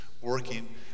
working